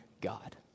God